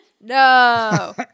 No